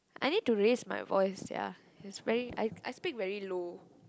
I need to raise my voice sia is very I I speak very low